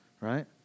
Right